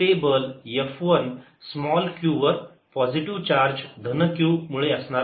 ते बल F1 small q वर पॉझिटिव्ह चार्ज धन Q मुळे असणार आहे